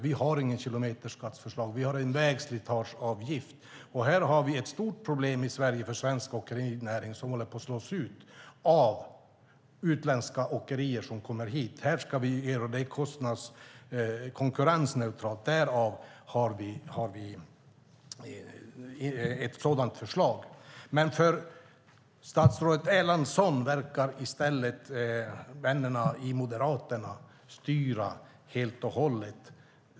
Vi har en vägslitageavgift. Det är ett stort problem i Sverige att svensk åkerinäring håller på att slås ut av utländska åkerier som kommer hit. Här ska vi göra det konkurrensneutralt, och därför har vi ett sådant förslag. För statsrådet Erlandsson verkar vännerna i Moderaterna styra helt.